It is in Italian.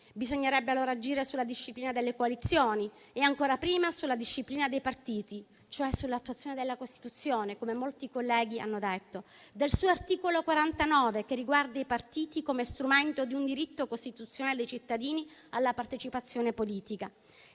Bisognerebbe allora agire sulla disciplina delle coalizioni e, ancor prima, sulla disciplina dei partiti, cioè sull'attuazione della Costituzione - come molti colleghi hanno detto - del suo articolo 49, che riguarda i partiti come strumento di un diritto costituzionale dei cittadini alla partecipazione politica.